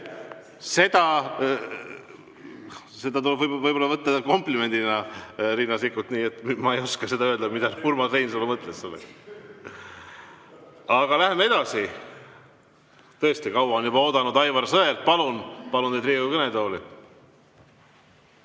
Seda tuleb võib-olla võtta komplimendina, Riina Sikkut. Aga ma ei oska seda öelda, mida Urmas Reinsalu mõtles sellega. Ent läheme edasi. Tõesti kaua on juba oodanud Aivar Sõerd. Palun teid Riigikogu kõnetooli!